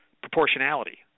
proportionality